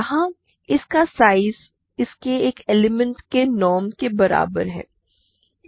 यहाँ इसका साइज इसके एक एलिमेंट के नॉर्म के बराबर है